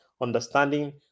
understanding